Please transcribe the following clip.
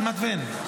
כמעט אין.